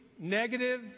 negative